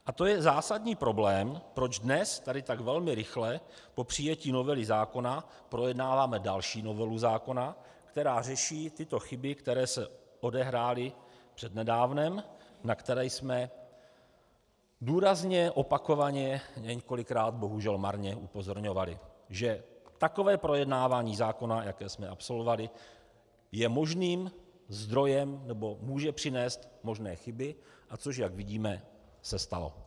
A to je zásadní problém, proč dnes tady tak velmi rychle po přijetí novely zákona projednáváme další novelu zákona, která řeší tyto chyby, které se odehrály přednedávnem, na které jsme důrazně o,pakovaně, několikrát, bohužel marně upozorňovali, že takové projednávání zákona, jaké jsme absolvovali, je možným zdrojem, nebo může přinést možné chyby, což jak víme, se stalo.